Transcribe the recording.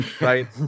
right